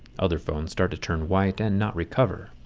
other phones start to turn white and not recover.